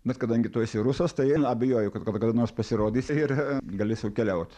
bet kadangi tu esi rusas tai na abejoju kad tu kada nors pasirodysi ir gali sau keliaut